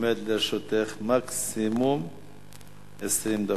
עומדות לרשותך מקסימום 20 דקות.